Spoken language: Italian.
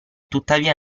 tuttavia